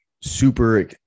super